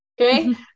Okay